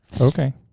Okay